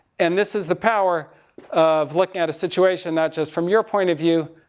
and this is the power of looking at a situation not just from your point of view,